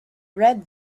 read